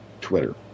Twitter